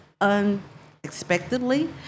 unexpectedly